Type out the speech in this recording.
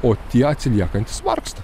o tie atsiliekantys vargsta